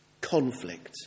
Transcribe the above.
Conflict